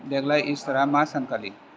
देग्लाय इस्टारा मा सानखालि